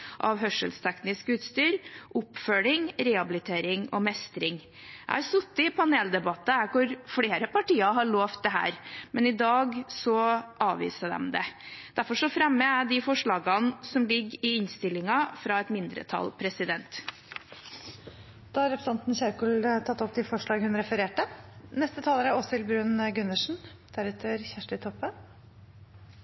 av hørselsteknisk utstyr, oppfølging, rehabilitering og mestring. Jeg har sittet i paneldebatter der flere partier har lovet dette, men i dag avviser de det. Derfor fremmer jeg de forslagene som ligger i innstillingen, fra et mindretall. Representanten Ingvild Kjerkol har tatt opp de forslagene hun refererte til. Det er